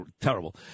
terrible